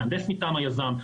מהנדס מטעם היזם,